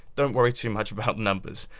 don't worry too much about the numbers,